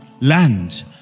land